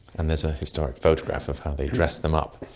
and there's a historic photograph of how they dressed them up.